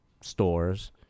stores